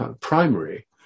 primary